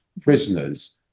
prisoners